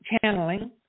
channeling